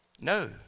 no